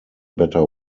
better